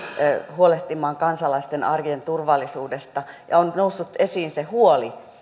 huolehtimaan kansalaisten arjen turvallisuudesta on noussut esiin se huoli